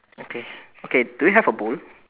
okay okay do you have a bowl